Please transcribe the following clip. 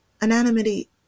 anonymity